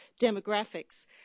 demographics